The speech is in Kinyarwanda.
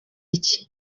iki